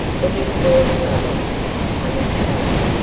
the little boy's mother used to come and stay,